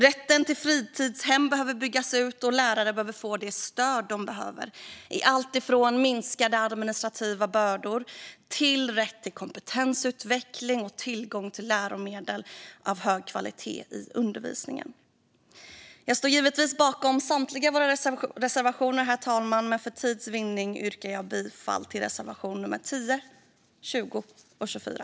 Rätten till fritidshem behöver byggas ut, och lärare behöver få det stöd de behöver, i alltifrån minskade administrativa bördor till rätten till kompetensutveckling och tillgång till läromedel av hög kvalitet i undervisningen. Herr talman! Jag står givetvis bakom samtliga våra reservationer, men för tids vinning yrkar jag bifall bara till reservationerna 10, 20 och 24.